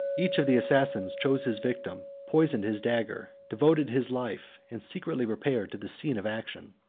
each of the assassins chose his victim, poisoned his dagger, devoted his life, and secretly repaired to the scene of action.